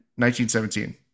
*1917*